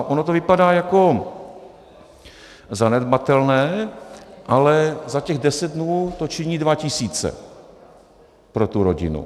Ono to vypadá jako zanedbatelné, ale za těch 10 dnů to činí 2 tisíce, korun pro tu rodinu.